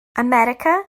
america